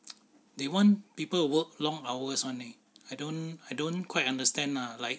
they want people work long hours [one] eh I don't I don't quite understand lah like